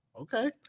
okay